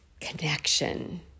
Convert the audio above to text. connection